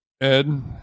Ed